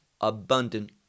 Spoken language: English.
abundant